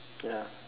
ya